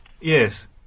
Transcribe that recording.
Yes